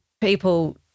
people